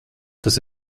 tas